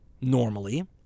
normally